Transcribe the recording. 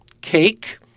cake